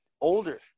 older